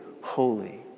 holy